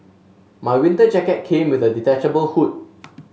my winter jacket came with a detachable hood